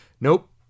nope